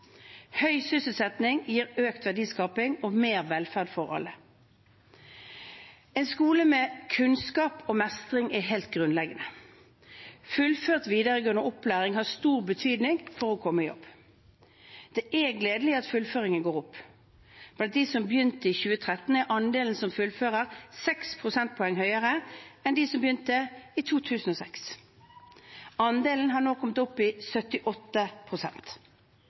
Høy sysselsetting gir økt verdiskaping og mer velferd for alle. En skole med kunnskap og mestring er helt grunnleggende. Fullført videregående opplæring har stor betydning for å komme i jobb. Det er gledelig at fullføringen går opp. Blant dem som begynte i 2013, er andelen som fullfører, seks prosentpoeng høyere enn blant dem som begynte i 2006. Andelen har nå kommet opp i